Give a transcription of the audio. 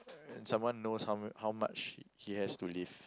someone knows how how much he has to live